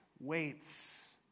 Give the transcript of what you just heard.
waits